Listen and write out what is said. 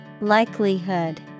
Likelihood